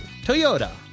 Toyota